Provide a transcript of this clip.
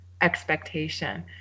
expectation